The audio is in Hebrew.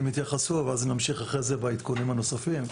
יתייחסו ואז נמשיך בעדכונים הנוספים.